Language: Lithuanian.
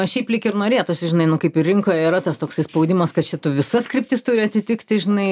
šiaip lyg ir norėtųsi žinai nu kaip ir rinkoje yra tas toksai spaudimas kad čia tu visas kryptis turi atitikti žinai